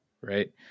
right